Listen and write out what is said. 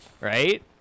right